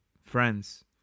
Friends